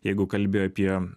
jeigu kalbi apie